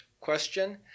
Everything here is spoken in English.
question